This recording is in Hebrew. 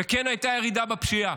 וכן, הייתה ירידה בפשיעה,